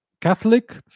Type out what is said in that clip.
Catholic